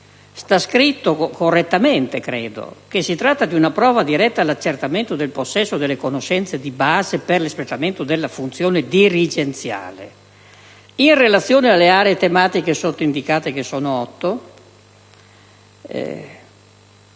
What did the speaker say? - credo correttamente - che si tratta di una prova diretta all'accertamento del possesso delle conoscenze di base per l'espletamento della funzione dirigenziale. Orbene, rispetto alle aree tematiche ivi indicate (che sono otto),